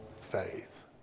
faith